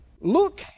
Look